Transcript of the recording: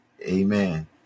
Amen